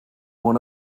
one